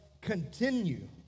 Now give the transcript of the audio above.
continue